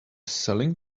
selling